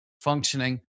functioning